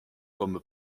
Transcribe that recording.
comme